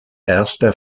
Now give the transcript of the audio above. erster